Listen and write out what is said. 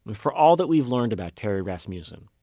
but for all that we've learned about terry rasmussen.